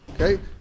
Okay